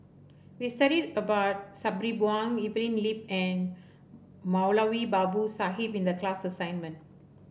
we studied about Sabri Buang Evelyn Lip and Moulavi Babu Sahib in the class assignment